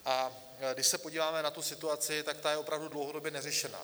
A když se podíváme na tu situaci, tak ta je opravdu dlouhodobě neřešená.